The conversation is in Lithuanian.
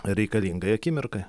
reikalingai akimirkai